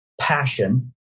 passion